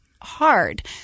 hard